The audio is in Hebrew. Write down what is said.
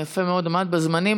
יפה מאוד, עמדת בזמנים.